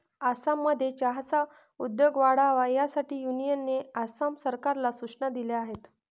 आसाममध्ये चहाचा उद्योग वाढावा यासाठी युनियनने आसाम सरकारला सूचना दिल्या आहेत